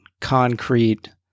concrete